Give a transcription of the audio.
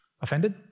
Offended